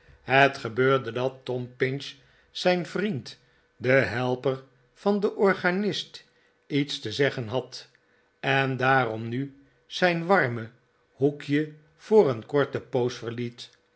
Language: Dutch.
het gebeurde dat tom pinch zijn vriend den helper van den organist iets te zeggen had en daarom nu zijn warme hoekje voor een korte poos verliet